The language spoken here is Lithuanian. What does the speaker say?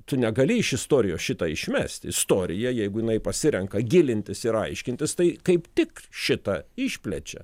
tu negali iš istorijos šitą išmesti istorija jeigu jinai pasirenka gilintis ir aiškintis tai kaip tik šitą išplečia